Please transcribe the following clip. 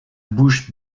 bouche